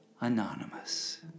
Anonymous